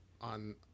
on